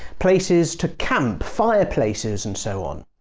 places to camp, fire places and so on.